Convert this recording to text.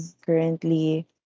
currently